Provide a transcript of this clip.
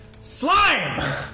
Slime